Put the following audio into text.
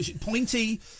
pointy